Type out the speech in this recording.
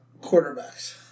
quarterbacks